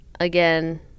Again